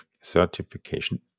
certification